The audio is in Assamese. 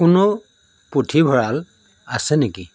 কোনো পুথিভঁৰাল আছে নেকি